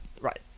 Right